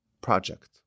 project